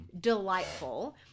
delightful